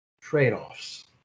trade-offs